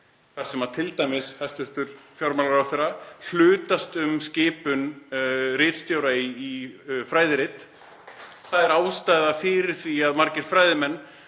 þar sem t.d. hæstv. fjármálaráðherra hlutast um skipun ritstjóra fræðirits. Það er ástæða fyrir því að margir fræðimenn